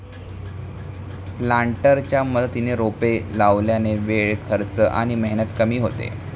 प्लांटरच्या मदतीने रोपे लावल्याने वेळ, खर्च आणि मेहनत कमी होते